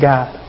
God